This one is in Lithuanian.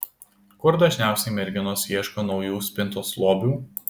kur dažniausiai merginos ieško naujų spintos lobių